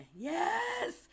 yes